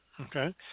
Okay